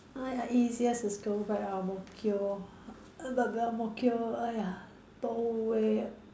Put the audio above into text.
!aiya! easiest is to go back Ang-Mo-Kio b~ but Ang-Mo-Kio !aiya! long way ah